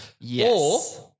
Yes